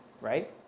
right